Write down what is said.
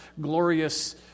glorious